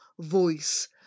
voice